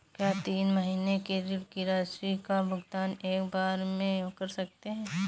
क्या तीन महीने के ऋण की राशि का भुगतान एक बार में कर सकते हैं?